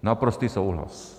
Naprostý souhlas.